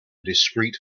discrete